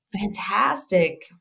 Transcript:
fantastic